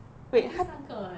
I think 三个 leh